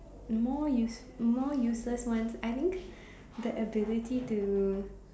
more use more useless ones I think the ability to